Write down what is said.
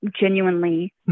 genuinely